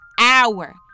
hour